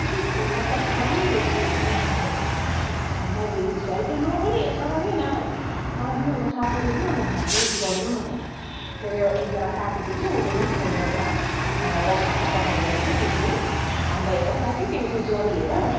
थुप्रै मतलब राम्रो रहेछ हौ त्यो ब्रान्ड चाहिँ मैले युज गर्दै थिएँ मलाई पनि तर नि नाना मलाई पनि एउटा साथीले पो पनि भनेको त युज गर्नू भनेर मेरो एकजना साथी थियो कि उसले अनि फोन गरेर मलाई व्हाट्सएप्पमा पठाइदिएको थियो त्यो क्रिम अन्त हेर साथी तिमी युज गरिहेर